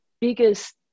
biggest